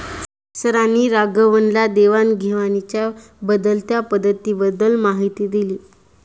सरांनी राघवनला देवाण घेवाणीच्या बदलत्या पद्धतींबद्दल माहिती दिली